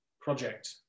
project